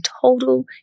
total